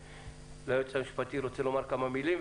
היועץ המשפטי רוצה לומר כמה מילים,